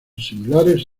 similares